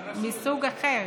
מסוג אחר,